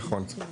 כן, נכון.